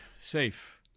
safe